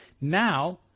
Now